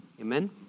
Amen